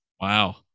Wow